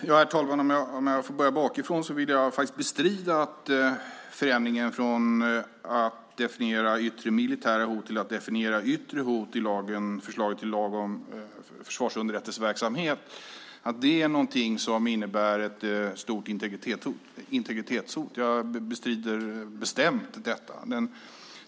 Herr talman! Jag börjar bakifrån. Jag vill faktiskt bestrida att förändringen från definitionen "yttre militära hot" till definitionen "yttre hot" i förslaget till lag om försvarsunderrättelseverksamhet är någonting som innebär ett stort integritetshot. Jag bestrider bestämt detta.